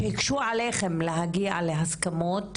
שהיקשו עליכן להגיע להסכמות